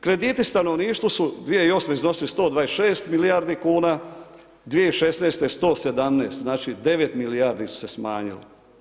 Krediti stanovništvu su 2008. iznosili 126 milijardi kuna, 2016. 117, znači 9 milijardi su se smanjila.